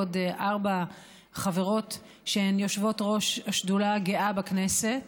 עוד ארבע חברות שהן יושבות-ראש השדולה הגאה בכנסת,